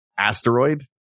asteroid